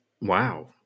wow